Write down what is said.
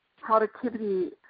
productivity